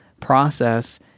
process